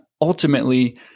ultimately